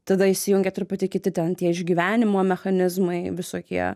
tada įsijungia truputį kiti ten tie išgyvenimo mechanizmai visokie